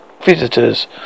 visitors